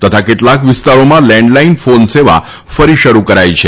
તથા કેટલાક વિસ્તારોમાં લેન્ડલાઇન ફોન સેવા ફરી શરૂ કરાઇ છે